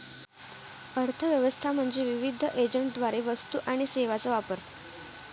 अर्थ व्यवस्था म्हणजे विविध एजंटद्वारे वस्तू आणि सेवांचा वापर